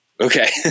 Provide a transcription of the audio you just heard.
Okay